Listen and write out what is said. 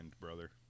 brother